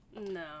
No